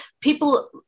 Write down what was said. people